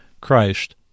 Christ